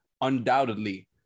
undoubtedly